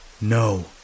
No